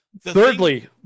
Thirdly